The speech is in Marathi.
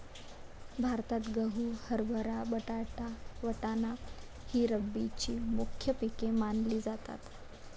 भारतात गहू, हरभरा, बटाटा, वाटाणा ही रब्बीची मुख्य पिके मानली जातात